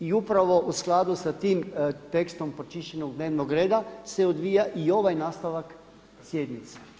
I upravo u skladu sa time tekstom pročišćenog dnevnog reda se odvija i ovaj nastavak sjednice.